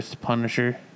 Punisher